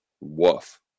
woof